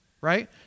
right